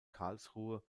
karlsruhe